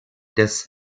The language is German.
des